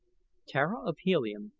tara of helium,